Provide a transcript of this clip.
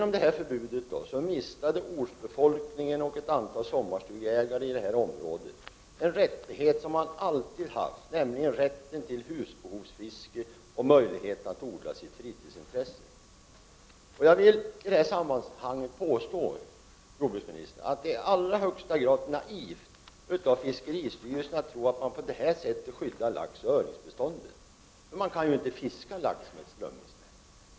I och med detta förbud mistade ortsbefolkningen och ett antal sommarstugeägare i det aktuella området en rättighet som de alltid har haft. Det gäller nämligen rätten till husbehovsfiske och möjligheten att odla ett fritidsintresse. Jag vill i detta sammanhang påstå, jordbruksministern, att det i allra högsta grad är naivt av fiskeristyrelsen att tro att man på detta sätt skyddar laxoch öringsbeståndet. Man kan ju inte fiska lax med strömmingsnät.